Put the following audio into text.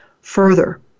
further